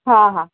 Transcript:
हा हा